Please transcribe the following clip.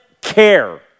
care